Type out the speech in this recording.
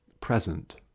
present